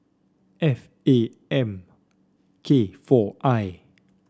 F A M K four I